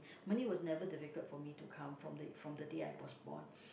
money was never difficult for me to count from the from the day I was born